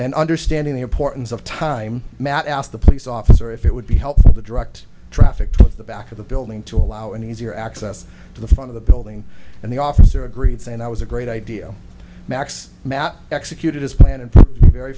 and understanding the importance of time matt asked the police officer if it would be helpful to direct traffic to the back of the building to allow any easier access to the front of the building and the officer agreed saying i was a great idea max matt executed his plan and very